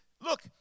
Look